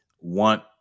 want